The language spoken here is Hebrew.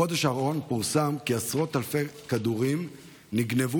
בחודש האחרון פורסם כי עשרות אלפי כדורים נגנבו